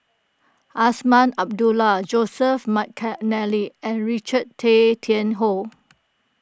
Azman Abdullah Joseph McNally and Richard Tay Tian Hoe